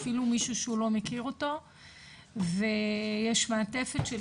אפילו מישהו שהוא לא מכיר אותו ויש מעטפת של